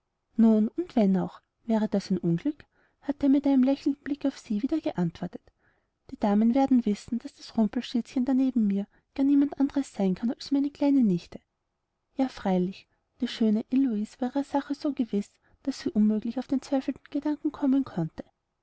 nun und wenn auch wäre das ein unglück hatte er mit einem lächelnden blick auf sie wieder geantwortet die damen werden wissen daß das rumpelstilzchen da neben mir gar niemand anderes sein kann als meine kleine nichte ja freilich die schöne heloise war ihrer sache so gewiß daß sie unmöglich auf einen zweifelnden gedanken kommen konnte